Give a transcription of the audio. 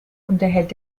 unterhält